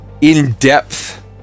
in-depth